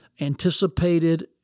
anticipated